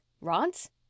Rods